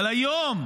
אבל היום,